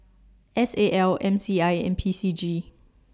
S A L M C I and P C G